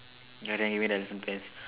ya then you give me the elephant pants